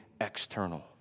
external